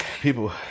People